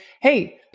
hey